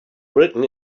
written